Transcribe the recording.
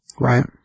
Right